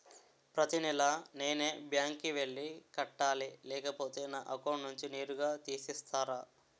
ప్రతి నెల నేనే బ్యాంక్ కి వెళ్లి కట్టాలి లేకపోతే నా అకౌంట్ నుంచి నేరుగా తీసేస్తర?